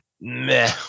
meh